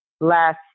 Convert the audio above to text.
last